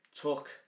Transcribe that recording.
took